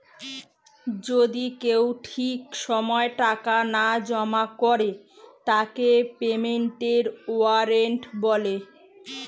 যদি কেউ ঠিক সময় টাকা না জমা করে তাকে পেমেন্টের ওয়ারেন্ট বলে